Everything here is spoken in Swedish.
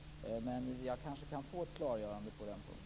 Men jag kanske kan få ett klargörande på den punkten.